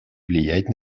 влиять